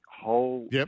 whole